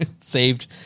saved